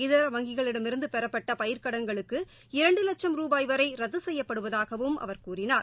இதர வங்ககளிடமிருந்து பெறப்பட்ட பயிர்க்கடன்களுக்கு இரண்டு வட்சம் ரூபாய் வரை ரத்து செய்யப்படுவதாகவும் அவர் கூறினார்